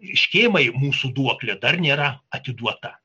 škėmai mūsų duoklė dar nėra atiduota